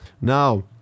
Now